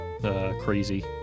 Crazy